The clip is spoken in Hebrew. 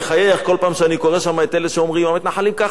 שאומרים: המתנחלים ככה והמתנחלים ככה והמתנחלים ככה.